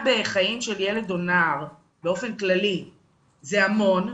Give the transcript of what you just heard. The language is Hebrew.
בחיים של ילד או נער באופן כללי זה המון,